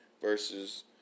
versus